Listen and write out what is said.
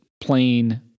plain